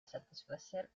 satisfacer